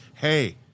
Hey